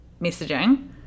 messaging